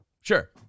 Sure